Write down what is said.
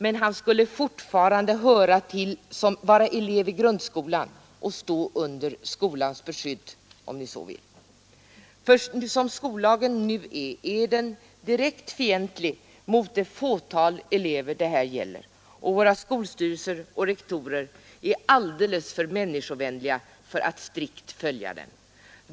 Men han skulle fortfarande vara elev i grundskolan och — om ni så vill — stå under skolans beskydd. Som skollagen nu är utformad är den direkt fientlig mot det fåtal elever det här gäller, och våra skolstyrelser och rektorer är alldeles för människovänliga för att strikt följa skollagen.